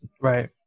Right